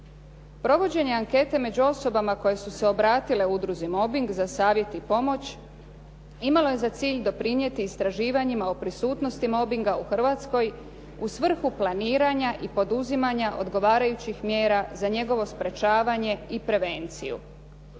Provođenje ankete među osobama koje su se obratile udruzi “Mobbing“ za savjet i pomoć imalo je za cilj doprinijeti istraživanjima o prisutnosti mobbinga u Hrvatskoj u svrhu planiranja i poduzimanja odgovarajućih mjera za njegovo sprečavanje i prevenciju.